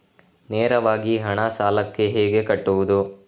ನೇರವಾಗಿ ಹಣ ಸಾಲಕ್ಕೆ ಹೇಗೆ ಕಟ್ಟುವುದು?